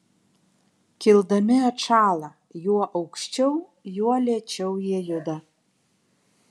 kildami atšąla juo aukščiau juo lėčiau jie juda